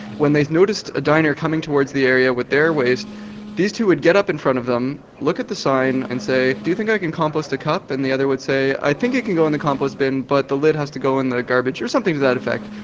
when they noticed a diner coming towards the area with their waste these two would get up in front of them, look at the sign, and say, do you think i can compost a cup? and the other would say, i think it can go in the compost bin but the lid has to go in the garbage. or something to that effect.